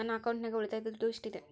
ನನ್ನ ಅಕೌಂಟಿನಾಗ ಉಳಿತಾಯದ ದುಡ್ಡು ಎಷ್ಟಿದೆ?